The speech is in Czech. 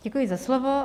Děkuji za slovo.